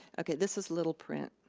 okay, this is little print.